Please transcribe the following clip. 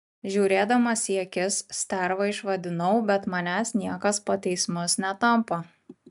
žiūrėdamas į akis sterva išvadinau bet manęs niekas po teismus netampo